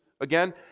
again